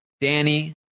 Danny